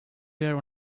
there